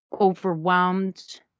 overwhelmed